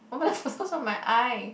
on my eye